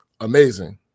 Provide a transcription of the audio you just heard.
amazing